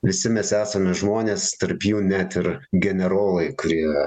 visi mes esame žmonės tarp jų net ir generolai kurie